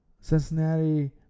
Cincinnati